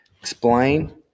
Explain